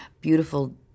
beautiful